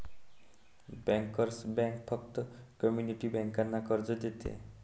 bankers bank फक्त community बँकांना कर्ज देते